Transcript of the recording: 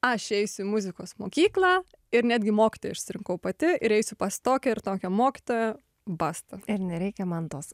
aš eisiu į muzikos mokyklą ir netgi mokytoją išsirinkau pati ir eisiu pas tokią ir tokią mokytoją basta ir nereikia man tos